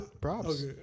Props